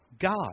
God